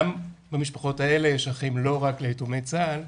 גם במשפחות האלה יש אחים לא רק ליתומי צה"ל,